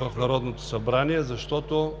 в Народното събрание, защото